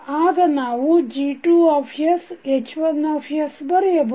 ಆಗ ನಾವು G2sH1 ಬರೆಯಬಹುದು